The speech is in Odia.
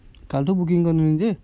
କାଲିଠୁ ବୁକିଂ କଲିଣି ଯେ